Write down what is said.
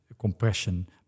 compression